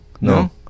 No